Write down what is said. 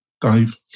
Dave